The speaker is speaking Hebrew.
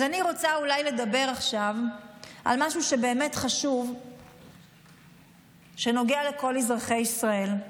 אז אני רוצה אולי לדבר עכשיו על משהו שבאמת חשוב שנוגע לכל אזרחי ישראל.